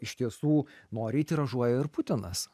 iš tiesų noriai tiražuoja ir putinas